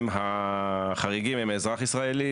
החריגים הם אזרח ישראלי,